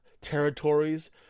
territories